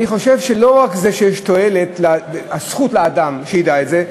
אני חושב שלא רק שיש זכות לאדם לדעת זאת,